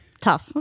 Tough